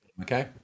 okay